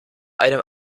einem